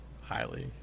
highly